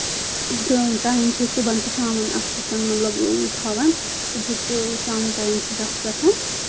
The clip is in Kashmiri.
تہٕ ٹایم چھِ أسۍ صُبَن تہٕ شامَن اَتھ پؠٹھ مطلب تھاوان صُبحُک تہٕ شامُک ٹایم چھُ أسۍ اَتھ پؠٹھ